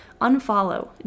unfollow